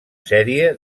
sèrie